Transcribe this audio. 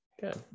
Good